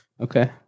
Okay